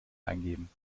eingeben